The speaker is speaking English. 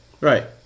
right